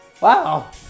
wow